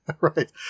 Right